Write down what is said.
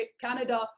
Canada